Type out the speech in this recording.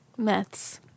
Meths